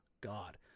God